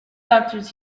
doctors